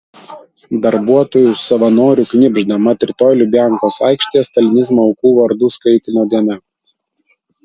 darbuotojų savanorių knibžda mat rytoj lubiankos aikštėje stalinizmo aukų vardų skaitymo diena